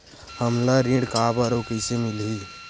हमला ऋण काबर अउ कइसे मिलही?